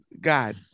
God